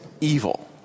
evil